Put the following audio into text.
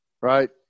right